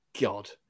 God